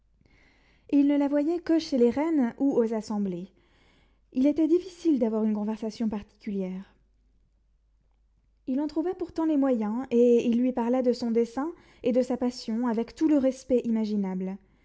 il ne la voyait que chez les reines ou aux assemblées il était difficile d'avoir une conversation particulière il en trouva pourtant les moyens et il lui parla de son dessein et de sa passion avec tout le respect imaginable